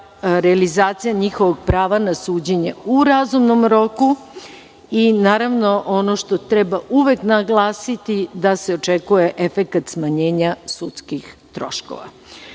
realizacija njihovog prava na suđenje u razumnom roku i naravno ono što treba uvek naglasiti da se očekuje efekat smanjenja sudskih troškova. Što